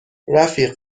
رفیق